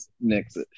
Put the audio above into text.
next